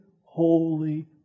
holy